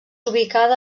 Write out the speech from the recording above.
ubicada